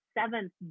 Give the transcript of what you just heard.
seventh